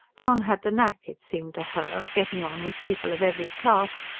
john had the knack, it seemed to her, of getting on with people of every class,